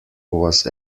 was